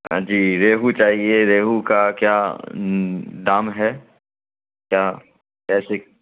جی ریہو چاہیے ریہو کا کیا دام ہے کیا کیسے